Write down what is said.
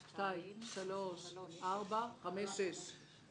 6 נמנעים, 6 הרביזיה על סעיף 29 לא נתקבלה.